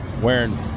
wearing